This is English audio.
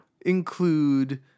include